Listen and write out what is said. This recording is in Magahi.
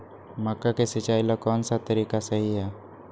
मक्का के सिचाई ला कौन सा तरीका सही है?